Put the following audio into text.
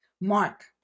Mark